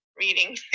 reading